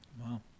Wow